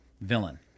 Villain